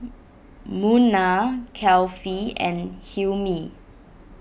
Munah Kefli and Hilmi